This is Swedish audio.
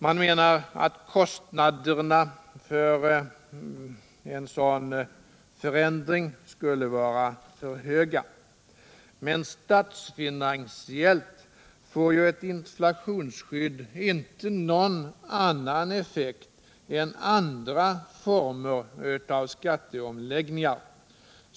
Man menar att kostnaderna för en sådan förändring skulle vara för höga. Men statsfinansiellt får ju ett inflationsskydd inte någon annan effekt än andra former av skatteomläggningar.